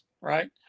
right